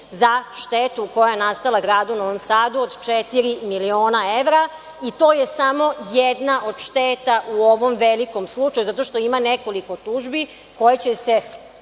za štetu koja je nastala gradu Novom Sadu od četiri miliona evra i to je samo jedna od šteta u ovom velikom slučaju, zato što ima nekoliko tužbi koje će se,